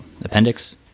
Appendix